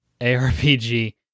ARPG